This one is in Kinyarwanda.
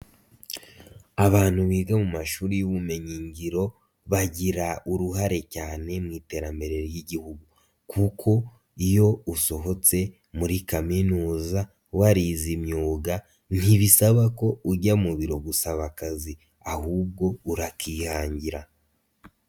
Abantu biga mu mashuri y'ubumenyingiro, bagira uruhare cyane mu iterambere ry'igihugu kuko iyo usohotse muri Kaminuza warize imyuga, ntibisaba ko ujya mu biro gusaba akazi ahubwo urakihangira.